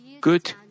good